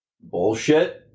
Bullshit